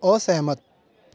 ਅਸਹਿਮਤ